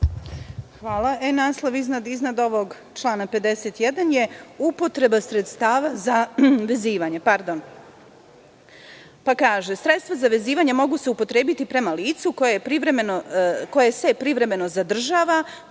Hvala. Naslov iznad ovog člana 51. je - Upotreba sredstava za vezivanje. Kaže – sredstva za vezivanje mogu se upotrebiti prema licu koje se privremeno zadržava